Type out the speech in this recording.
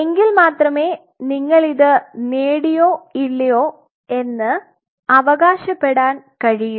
എങ്കിൽ മാത്രമേ നിങ്ങൾ ഇത് നേടിയോ ഇല്ലയോ എന്ന് അവകാശപ്പെടാൻ കഴിയൂ